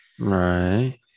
right